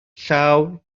llaw